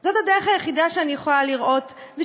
זו הדרך היחידה שבה אני יכולה לראות את זה,